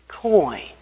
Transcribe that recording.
coin